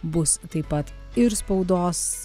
bus taip pat ir spaudos